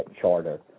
charter